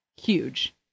huge